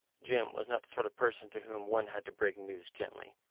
jim was not the sort of person to whom one had to break news gently.